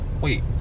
Wait